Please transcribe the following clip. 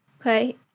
Okay